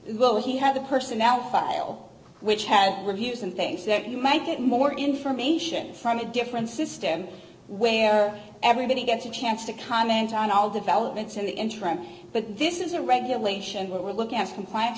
go he had the personnel file which has reviews and things that you might get more information from a different system where everybody gets a chance to comment on all developments in the interim but this is a regulation we're looking as complian